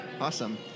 Awesome